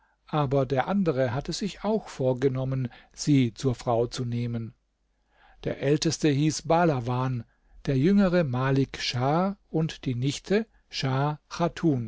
aber der andere hatte sich auch vorgenommen sie zur frau zu nehmen der älteste hieß bahlawan der jüngere malik schah und die nichte schah